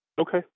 Okay